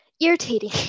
irritating